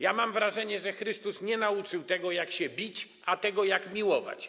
Ja mam wrażenie, że Chrystus nie nauczał tego, jak się bić, ale tego, jak miłować.